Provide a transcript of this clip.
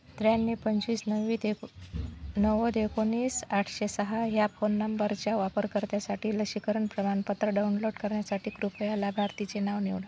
त्र्याण्णव पंचवीस नव्वद एक नव्वद एकोणीस आठशे सहा ह्या फोन नंबरच्या वापरकर्त्यासाठी लसीकरण प्रमाणपत्र डाऊनलोट करण्यासाठी कृपया लाभार्थीचे नाव निवडा